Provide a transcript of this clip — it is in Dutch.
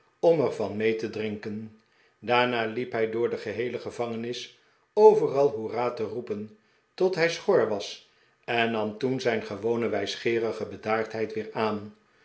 om er van mee te drinken daarna liep hij door de geheele gevangenis overal hoera te roepen tot hij schor was en nam toen zijn gewone wijsgeerige bedaardheid weer aan